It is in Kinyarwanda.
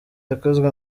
yakozwe